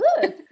good